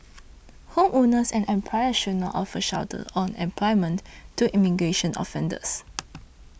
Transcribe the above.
homeowners and employers should not offer shelter or employment to immigration offenders